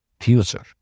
future